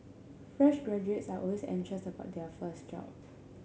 fresh graduates are always anxious about their first job